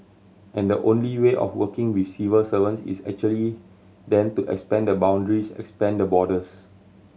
and the only way of working with civil servants is actually then to expand the boundaries expand the borders